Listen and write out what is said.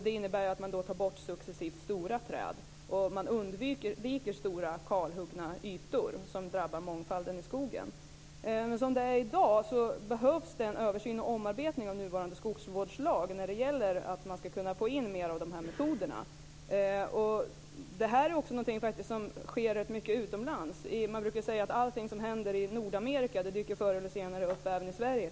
Det innebär att man successivt tar bort stora träd och undviker stora kalhuggna ytor som drabbar mångfalden i skogen. Som det är i dag behövs det en översyn och en omarbetning av nuvarande skogsvårdslag när det gäller att få in de nya metoderna. Detta är också någonting som sker i stor utsträckning utomlands. Man brukar säga att allting som händer i Nordamerika dyker förr eller senare upp i Sverige.